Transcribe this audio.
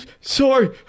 sorry